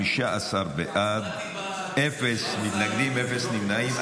15 בעד, אין מתנגדים, אין נמנעים.